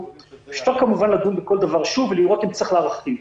אפשר כמובן לדון בכל דבר שוב ולראות אם צריך להרחיב.